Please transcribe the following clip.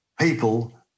people